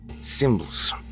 symbols